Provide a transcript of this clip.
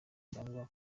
cyangwa